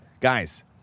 guys